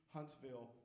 Huntsville